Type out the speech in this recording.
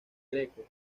greco